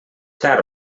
tard